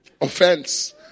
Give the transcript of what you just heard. offense